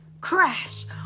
crash